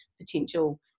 potential